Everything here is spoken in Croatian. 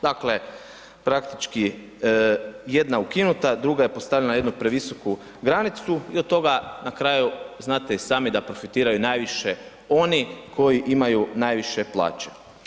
Dakle, praktički jedna ukinuta, druga je postavljena na jednu previsoku granicu i od toga na kraju znate i sami da profitiraju najviše oni koji imaju najviše plaće.